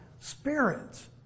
spirits